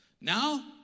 Now